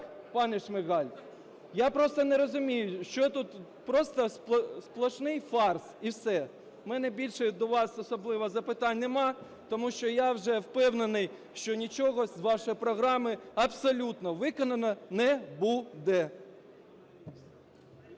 пане, Шмигаль? Я просто не розумію, що тут, просто сплошний фарс і все. В мене до вас особливо запитань нема, тому що я вже впевнений, що нічого з вашої програми абсолютно виконано не буде.